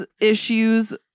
issues